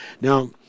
Now